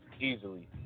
Easily